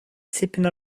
tipyn